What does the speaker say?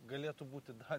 galėtų būti dar